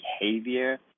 behavior